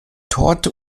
torte